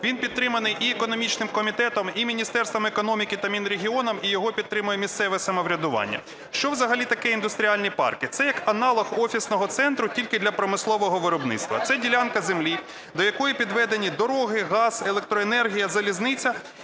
Він підтриманий і економічним комітетом, і Міністерством економіки та Мінрегіоном, і його підтримує місцеве самоврядування. Що взагалі таке індустріальні парки? Це як аналог офісного центру тільки для промислового виробництва. Це ділянка землі, до якої підведені дороги, газ, електроенергія, залізниця,